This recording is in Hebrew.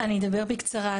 אני אדבר בקצרה,